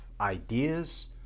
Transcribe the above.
ideas